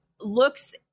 looks